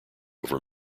over